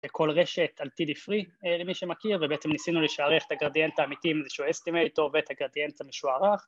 כל רשת, על TD free למי שמכיר, ובעצם ניסינו לשערך את הגרדיאנט האמיתי עם איזשהו אסטימטור ואת הגרדיאנט המשוערך